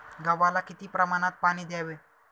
गव्हाला किती प्रमाणात पाणी द्यावे?